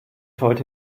heute